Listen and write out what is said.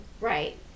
Right